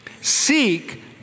Seek